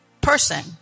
person